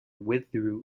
withdrew